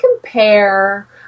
compare